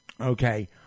okay